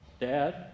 Dad